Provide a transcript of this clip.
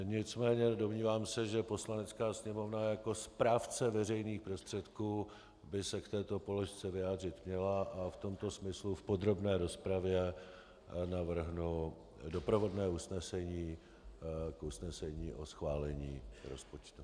Nicméně se domnívám, že Poslanecká sněmovna jako správce veřejných prostředků by se k této položce vyjádřit měla, a v tomto smyslu v podrobné rozpravě navrhnu doprovodné usnesení k usnesení o schválení rozpočtu.